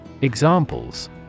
Examples